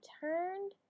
turned